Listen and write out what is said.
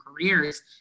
careers